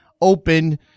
open